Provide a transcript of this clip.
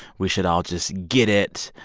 we should all just get it.